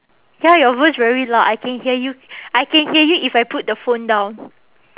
ya your voice very loud I can hear you I can hear you if I put the phone down